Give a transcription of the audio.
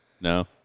No